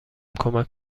کمک